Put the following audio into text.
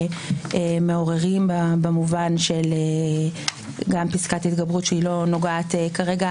מעוררים במובן של פסקת התגברות שהיא לא נוגעת כרגע